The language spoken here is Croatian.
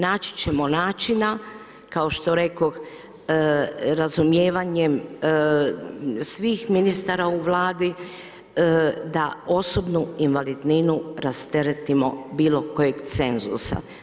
Naći ćemo načina, kao što rekoh, razumijevanjem, svih ministara u Vladi da osobnu invalidninu, rasteretimo bilo kojeg cenzusa.